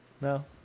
No